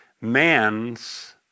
man's